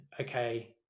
okay